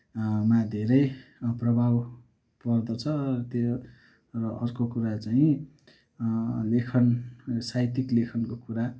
मा धेरै प्रभाव पर्दछ त्यो अर्को कुरा चाहिँ लेखन साहित्यिक लेखनको कुरा